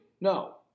No